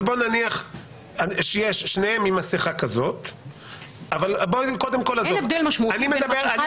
נניח ששניהם עם מסכה --- אין הבדל משמעותי בין